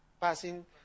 passing